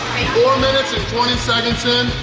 four minutes and twenty seconds in,